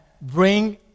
bring